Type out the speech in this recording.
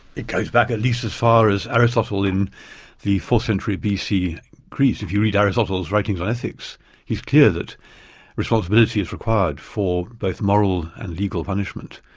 it goes back at least as far as aristotle in the fourth century bc greece. if you read aristotle's writings on ethics he's clear that responsibility is required for both moral and legal punishment.